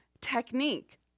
technique